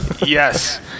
Yes